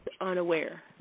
unaware